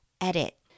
edit